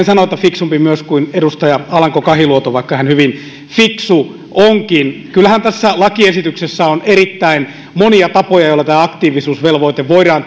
sanoa että fiksumpi myös kuin edustaja alanko kahiluoto vaikka hän hyvin fiksu onkin kyllähän tässä lakiesityksessä on erittäin monia tapoja joilla tämä aktiivisuusvelvoite voidaan